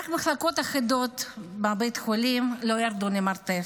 רק מחלקות אחדות בבית החולים לא ירדו למרתף,